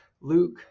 Luke